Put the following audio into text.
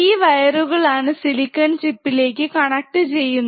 ഈ വയറുകളാണ് സിലിക്കൺ ചിപ്പിലേക്ക് കണക്ട് ചെയ്യുന്നത്